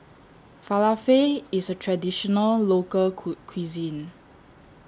Falafel IS A Traditional Local Cool Cuisine